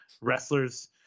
Wrestlers